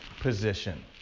position